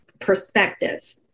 perspective